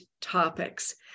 topics